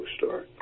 bookstore